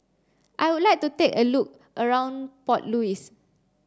I would like to have a look around Port Louis